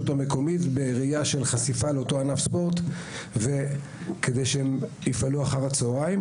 המקומית בראייה של חשיפה לאותו ענף ספורט כדי שהם יפעלו אחר הצהריים,